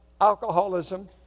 alcoholism